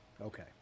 Okay